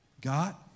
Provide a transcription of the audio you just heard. God